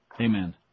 Amen